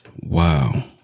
Wow